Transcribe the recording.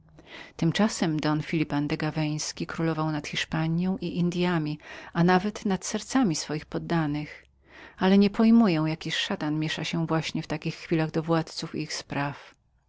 tymczasem don phelipe andegaweński królował nad hiszpanią i indyami a nawet nad sercami swoich poddanych ale właśnie w takich chwilach niepojmuję jaki szatan miesza się do książąt i ich spraw